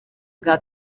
bwa